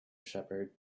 shepherd